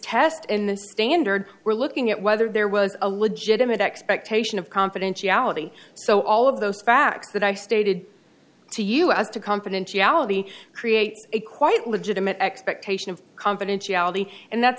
test in the standard we're looking at whether there was a legitimate expectation of confidentiality so all of those facts that i stated to you as to confidentiality create a quite legitimate expectation of confidentiality and that's